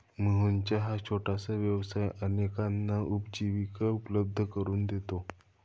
मोहनचा हा छोटासा व्यवसाय अनेकांना उपजीविका उपलब्ध करून देतो